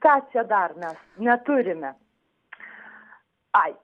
ką čia dar mes neturime ai